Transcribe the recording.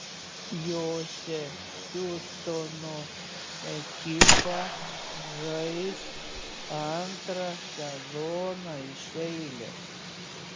jose hjustono ekipa žais antrą sezoną iš eilės